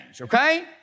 okay